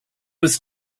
was